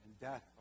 death